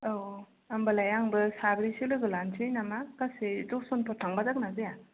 औ होम्बालाय आंबो साब्रैसो लोगो लासै नामा गासै दस जनफोर थांबा जागोन्ना जाया